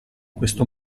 questo